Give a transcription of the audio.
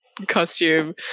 costume